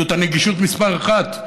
שזו הנגישות מספר אחת,